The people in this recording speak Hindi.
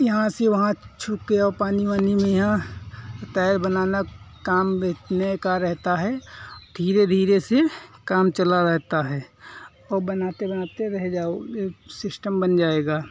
यहाँ से वहाँ छू के और पानी वानी महिया ओ तैर बनाना काम बे में का रहता है धीरे धीरे से काम चला रहता है और बनाते बनाते रह जाओ एक सिस्टम बन जाएगा